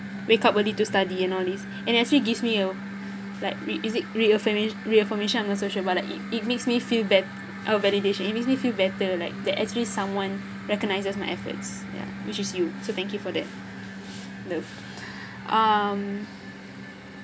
wake up early to study and all these and actually gives me a like is it re~ reaffirmation I'm not so sure about that it it makes me feel bet~ oh validation it makes me feel better like that actually someone recognizes my efforts ya which is you so thank you for that love um